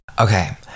Okay